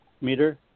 meter